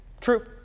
true